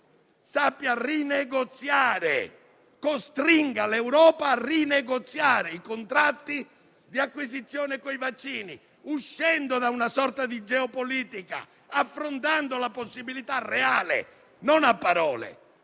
sappia rinegoziare, anzi costringa l'Europa a rinegoziare i contratti di acquisizione dei vaccini, uscendo da una sorta di geopolitica, affrontando la possibilità reale - non a parole